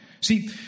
See